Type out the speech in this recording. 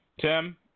tim